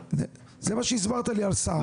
זה מה שהסברת לי על דימונה.